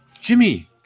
Jimmy